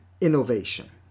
innovation